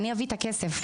אני אביא את הכסף.